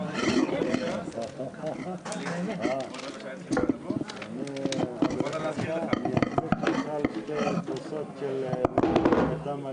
בשעה 14:26.